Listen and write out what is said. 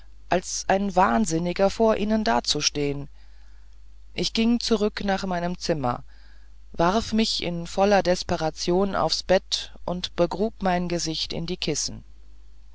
als ein wahnsinniger vor ihnen dazustehn ich ging zurück nach meinem zimmer warf mich in voller desperation aufs bett und begrub mein gesicht in die kissen